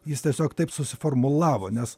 jis tiesiog taip susiformulavo nes